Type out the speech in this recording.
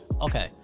okay